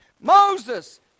Moses